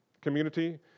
community